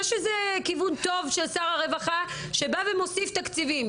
יש איזה כיוון טוב ששר הרווחה שבה ומוסיף תקציבים,